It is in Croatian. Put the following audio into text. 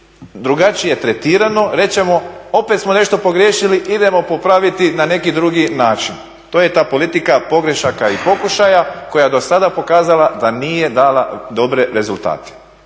drugačije tretirano. Reći ćemo opet smo nešto pogriješili, idemo popraviti na neki drugi način. To je ta politika pogrešaka i pokušaja koja je dosada pokazala da nije dala dobre rezultate.